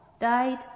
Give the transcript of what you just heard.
died